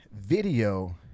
video